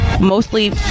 mostly